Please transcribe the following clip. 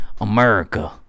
America